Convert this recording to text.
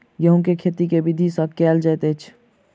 गेंहूँ केँ खेती केँ विधि सँ केल जाइत अछि?